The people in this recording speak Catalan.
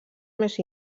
més